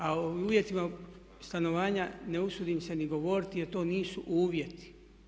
A o uvjetima stanovanja ne usudim se ni govoriti jer to nisu uvjeti.